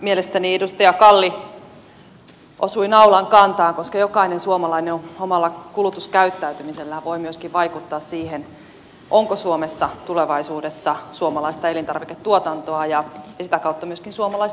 mielestäni edustaja kalli osui naulan kantaan koska jokainen suomalainen omalla kulutuskäyttäytymisellään voi myöskin vaikuttaa siihen onko suomessa tulevaisuudessa suomalaista elintarviketuotantoa ja sitä kautta myöskin suomalaista työtä